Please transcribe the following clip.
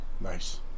Nice